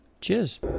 cheers